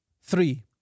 Three